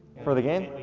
for the game?